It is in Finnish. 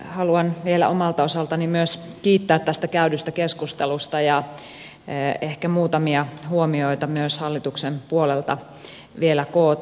haluan vielä omalta osaltani kiittää tästä käydystä keskustelusta ja ehkä muutamia huomioita myös hallituksen puolelta vielä kootusti